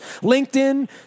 LinkedIn